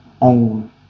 own